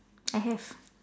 I have